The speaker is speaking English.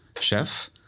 chef